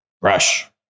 brush